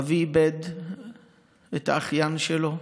אבי איבד את האחיין שלו,